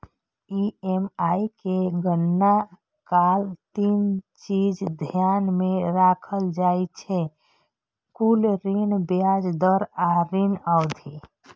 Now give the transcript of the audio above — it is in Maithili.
ई.एम.आई के गणना काल तीन चीज ध्यान मे राखल जाइ छै, कुल ऋण, ब्याज दर आ ऋण अवधि